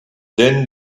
denn